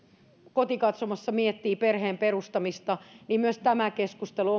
kotikatsomossa miettii perheen perustamista niin myös tämä keskustelu